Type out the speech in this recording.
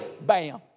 bam